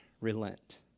relent